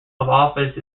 office